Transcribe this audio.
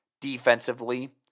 Defensively